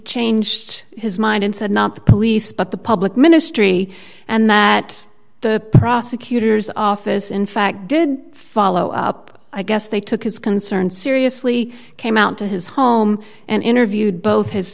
changed his mind and said not the police but the public ministry and that the prosecutor's office in fact did follow up i guess they took his concerns seriously came out to his home and interviewed both his